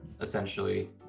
essentially